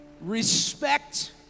respect